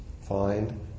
find